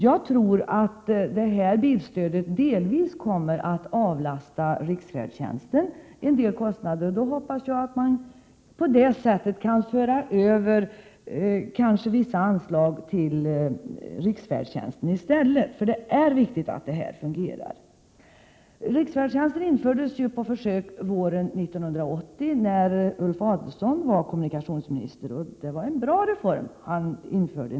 Jag tror att bilstödet delvis kommer att avlasta riksfärdtjänsten en del kostnader, och jag hoppas att man då i stället kan föra över vissa anslag till riksfärdtjänsten, eftersom det är så viktigt att den fungerar. Riksfärdtjänsten infördes ju på försök våren 1980, då Ulf Adelsohn var kommunikationsminister. Det var en bra reform som han införde.